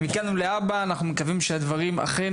מכאן ולהבא אנחנו מקווים שהדברים אכן